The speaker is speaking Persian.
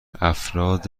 افراد